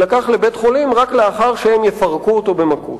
נלקח סכום כסף שלא הוחזר ונורו יריות לעבר בית המשפחה.